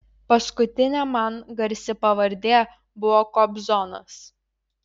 paskutinė man garsi pavardė buvo kobzonas